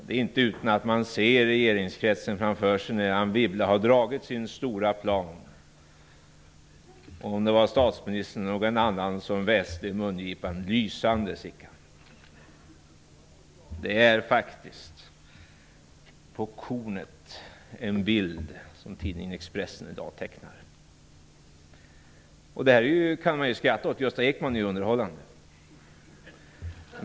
Det är inte utan att man ser regeringskretsen framför sig, när Anne Wibble har föredragit sin stora plan, då statsministern eller någon annan väser i mungipan: Lysande, Sickan. Detta är faktiskt på kornet en bild som tidningen Expressen i dag tecknar. Detta kan man ju skratta åt. Gösta Ekman är ju underhållande.